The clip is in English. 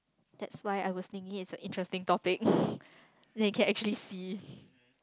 that's why I was thinking it's a interesting topic then you can actually see